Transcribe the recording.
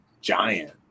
giant